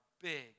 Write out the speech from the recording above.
big